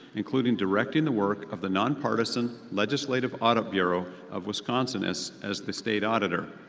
including directing the work of the nonpartisan legislative audit bureau of wisconsin as as the state auditor.